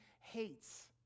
hates